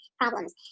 problems